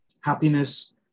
happiness